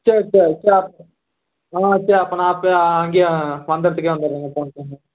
சரி சரி சரி அப்போ ம் சரி அப்போ நான் அப்போ அங்கேயே வந்துடுறேங்க